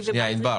וגם ב-א'